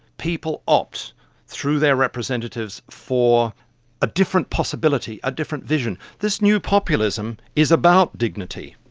people opt through their representatives for a different possibility, a different vision. this new populism is about dignity,